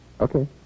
Okay